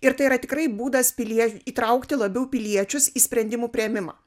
ir tai yra tikrai būdas pilie įtraukti labiau piliečius į sprendimų priėmimą